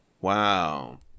Wow